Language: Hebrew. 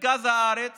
במרכז הארץ